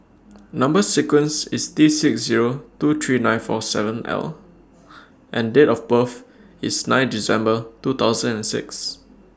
Number sequence IS T six Zero two three nine four seven L and Date of birth IS nine December two thousand and six